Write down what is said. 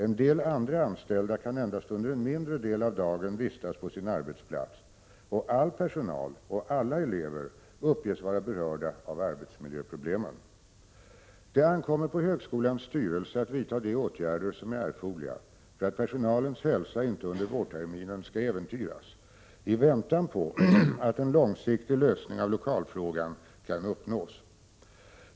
En del andra anställda kan endast under en mindre del av dagen vistas på sin arbetsplats, och all personal och alla elever uppges vara berörda av arbetsmiljöproblemen. Det ankommer på högskolans styrelse att vidta de åtgärder som är erforderliga för att personalens hälsa inte under vårterminen skall äventyras i väntan på att en långsiktig lösning av lokalfrågan kan uppnås.